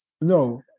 No